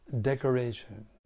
decoration